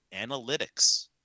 analytics